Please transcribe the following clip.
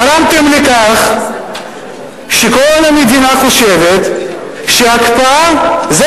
גרמתם לכך שכל המדינה חושבת שההקפאה זה